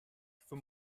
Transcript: for